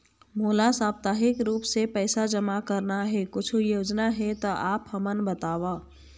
मोला साप्ताहिक रूप से पैसा जमा करना हे, कुछू योजना हे त आप हमन बताव?